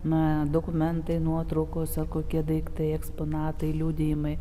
na dokumentai nuotraukos kokie daiktai eksponatai liudijimai